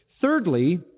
Thirdly